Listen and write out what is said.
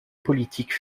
politique